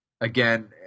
Again